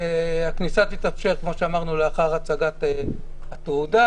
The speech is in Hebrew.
הכניסה תתאפשר, כמו שאמרנו, לאחר הצגת התעודה.